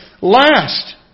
last